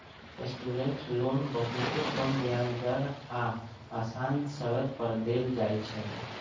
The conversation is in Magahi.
स्टूडेंट लोन बहुते कम ब्याज दर आऽ असान शरत पर देल जाइ छइ